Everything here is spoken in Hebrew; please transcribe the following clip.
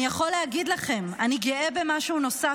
"אני יכול להגיד לכם שאני גאה במשהו נוסף.